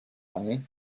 lange